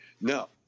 now